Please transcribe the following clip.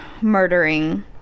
murdering